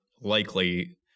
likely